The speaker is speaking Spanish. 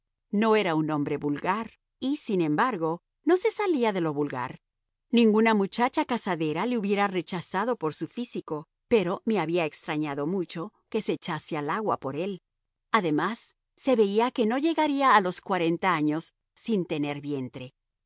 no era un hombre vulgar y sin embargo no se salía de lo vulgar ninguna muchacha casadera le hubiese rechazado por su físico pero me habría extrañado mucho que se echase al agua por él además se veía que no llegaría a los cuarenta años sin tener vientre